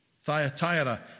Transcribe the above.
Thyatira